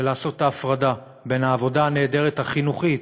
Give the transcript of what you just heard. לעשות את ההפרדה בין העבודה הנהדרת החינוכית